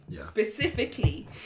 specifically